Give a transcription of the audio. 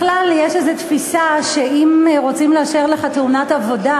בכלל, יש תפיסה שאם רוצים לאשר לך תאונת עבודה,